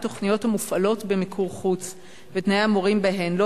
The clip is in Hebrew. התוכניות המופעלות במיקור חוץ ותנאי המורים בהן לא